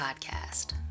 podcast